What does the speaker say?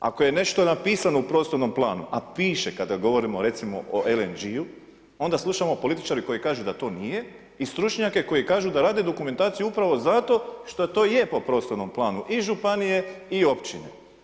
Ako je nešto napisano u prostornom planu, a piše kada govorimo recimo o LNG-u onda slušamo političare koji kažu da to nije i stručnjake koji kažu da rade dokumentaciju upravo za to što to je po prostornom planu i županije i općine.